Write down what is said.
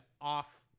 off